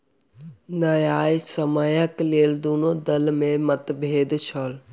न्यायसम्यक लेल दुनू दल में मतभेद छल